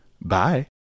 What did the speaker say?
bye